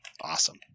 awesome